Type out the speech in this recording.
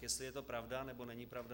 Jestli je to pravda, nebo není pravda?